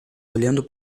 olhando